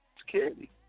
Security